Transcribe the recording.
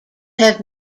have